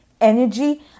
energy